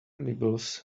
nibbles